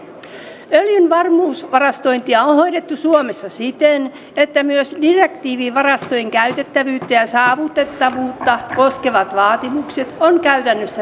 öljyn varmuusvarastointia on hoidettu suomessa siten että myös direktiivi varastojen käytettävyyttä ja saavutettavuutta koskevat vaatimukset on käytännössä täytetty